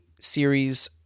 series